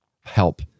Help